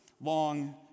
long